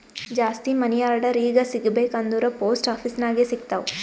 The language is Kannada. ಜಾಸ್ತಿ ಮನಿ ಆರ್ಡರ್ ಈಗ ಸಿಗಬೇಕ ಅಂದುರ್ ಪೋಸ್ಟ್ ಆಫೀಸ್ ನಾಗೆ ಸಿಗ್ತಾವ್